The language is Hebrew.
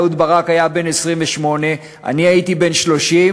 אהוד ברק היה בן 28, אני הייתי בן 30,